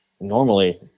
normally